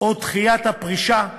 או דחיית הפרישה.